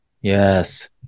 Yes